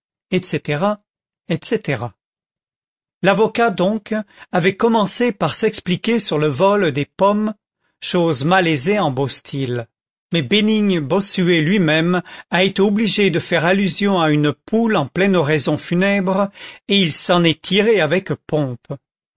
etc etc l'avocat donc avait commencé par s'expliquer sur le vol des pommes chose malaisée en beau style mais bénigne bossuet lui-même a été obligé de faire allusion à une poule en pleine oraison funèbre et il s'en est tiré avec pompe